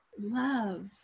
love